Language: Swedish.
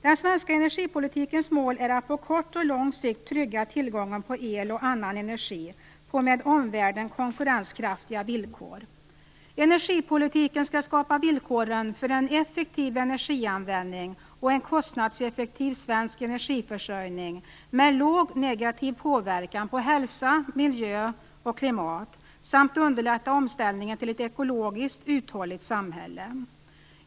Den svenska energipolitikens mål är att på kort och lång sikt trygga tillgången till el och annan energi på med omvärlden konkurrenskraftiga villkor. Energipolitiken skall skapa villkoren för en effektiv energianvändning och en kostnadseffektiv svensk energiförsörjning med låg negativ påverkan på hälsa, miljö och klimat samt underlätta omställningen till ett ekologiskt uthålligt samhälle.